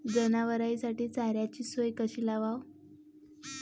जनावराइसाठी चाऱ्याची सोय कशी लावाव?